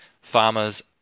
farmers